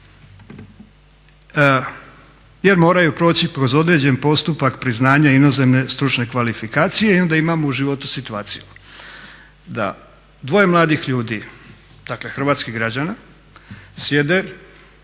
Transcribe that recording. jer moraju proći kroz određeni postupak priznanja inozemne stručne kvalifikacije. I onda imamo u životu situaciju da dvoje mladih ljudi dakle hrvatskih građana sjede